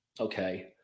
okay